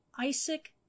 Isaac